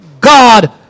God